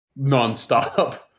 nonstop